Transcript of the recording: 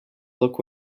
look